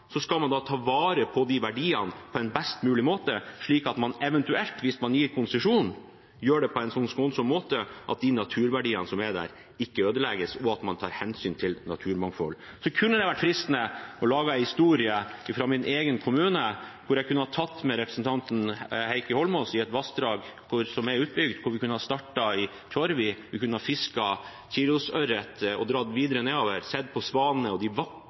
så skånsom måte at de naturverdiene som er der, ikke ødelegges, og at man tar hensyn til naturmangfoldet. Så kunne det vært fristende å lage en historie fra min egen kommune, hvor jeg kunne ha tatt med representanten Heikki Eidsvoll Holmås til et vassdrag som er utbygd. Vi kunne ha startet i Tjorvi, vi kunne ha fisket kilosørret og dratt videre nedover, sett på svanene og de